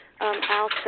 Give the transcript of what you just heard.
Al